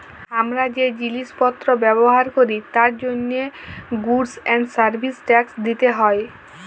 হামরা যে জিলিস পত্র ব্যবহার ক্যরি তার জন্হে গুডস এন্ড সার্ভিস ট্যাক্স দিতে হ্যয়